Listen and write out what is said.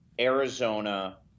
Arizona